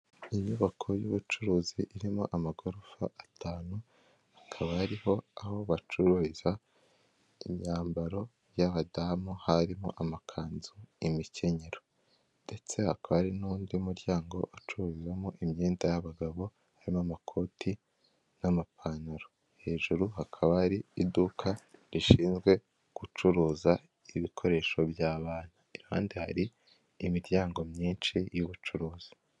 Inyubako y'ubucuruzi irimo amagorofa atanu, hakaba ariho aho bacururiza, imyambaro y'abadamu, harimo amakanzu imikenyero, ndetse hakaba hari n'undi muryango acuruzamo imyenda y'abagabo harimo amakoti n'amapantaro, hejuru hakaba ari iduka rishinzwe gucuruza ibikoresho by'abana, iruhande hari imdi imiryango myinshi y'ubucuruzi.